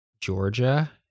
Georgia